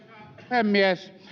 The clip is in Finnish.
puhemies